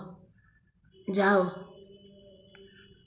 ଯାଅ